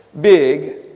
big